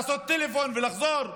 לעשות טלפון ולחזור,